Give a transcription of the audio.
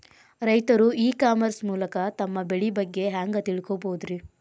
ರೈತರು e commerce ಮೂಲಕ ತಮ್ಮ ಬೆಳಿ ಬಗ್ಗೆ ಹ್ಯಾಂಗ ತಿಳ್ಕೊಬಹುದ್ರೇ?